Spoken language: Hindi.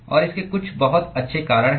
और इसके कुछ बहुत अच्छे कारण हैं